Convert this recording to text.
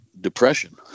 Depression